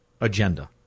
agenda